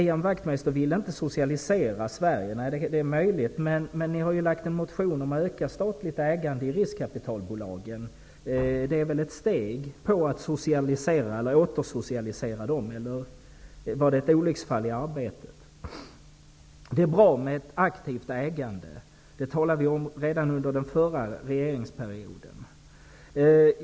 Ian Wachtmeister säger att han inte vill socialisera Sverige. Nej, det är möjligt, men Ny demokrati har väckt en motion om ökat statligt ägande i riskkapitalbolagen. Det är väl ett steg mot att återsocialisera dem. Eller var motionen ett olycksfall i arbetet? Det är bra med ett aktivt ägande -- det talade vi om redan under den förra regeringsperioden.